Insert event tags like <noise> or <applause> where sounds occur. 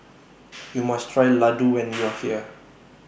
<noise> YOU must Try Laddu when <noise> YOU Are here